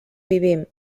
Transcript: vivim